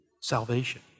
salvation